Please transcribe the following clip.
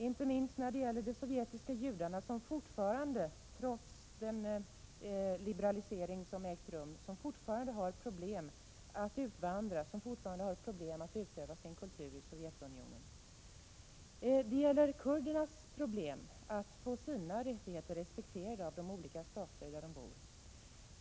Det gäller inte minst de sovjetiska judarna, som fortfarande trots den liberalisering som ägt rum har problem att utvandra och som fortfarande har problem att utöva sin kultur i Sovjetunionen. Det gäller kurderna och deras problem att få sina rättigheter respekterade i de stater där de bor.